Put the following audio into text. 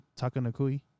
Takanakui